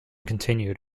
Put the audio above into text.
continued